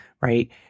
right